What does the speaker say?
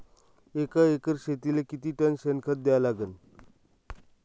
एका एकर शेतीले किती टन शेन खत द्या लागन?